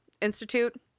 Institute